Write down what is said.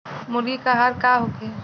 मुर्गी के आहार का होखे?